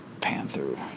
panther